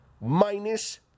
Minus